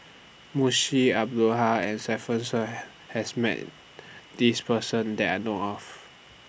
Munshi Abdullah and Stefanie Sun has Met This Person that I know of